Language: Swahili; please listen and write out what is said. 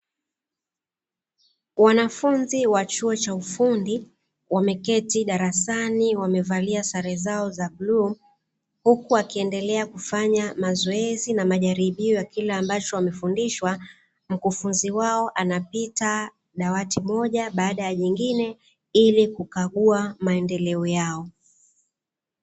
Wanafunzi wa chuo cha ufundi wameketi darasani wamevalia sare zao za bluu, huku wakiendelea kufanya mazoezi na majaribio ya kile ambacho wamefundishwa, mkufunzi wao anapita dawati moja baada ya jingine ili kukagua maendeleo yao.